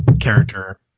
character